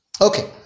Okay